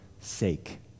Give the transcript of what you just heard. sake